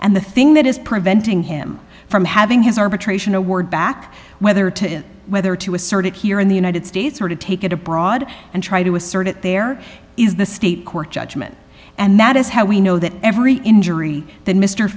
and the thing that is preventing him from having his arbitration award back whether to whether to assert it here in the united states or to take it a broad and try to assert it there is the state court judgment and that is how we know that every injury that mr